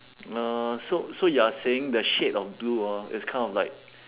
uh so so you are saying the shade of blue ah is kind of like